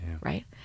Right